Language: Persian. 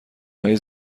های